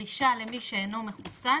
הדרישה למי שאינו מחוסן